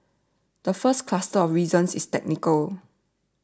the first cluster of reasons is technical